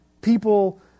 people